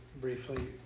briefly